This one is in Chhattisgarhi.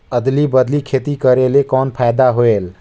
अदली बदली खेती करेले कौन फायदा होयल?